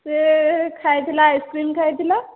ସେ ଖାଇଥିଲା ଆଇସ୍କ୍ରିମ୍ ଖାଇଥିଲା